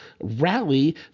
rally